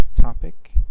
topic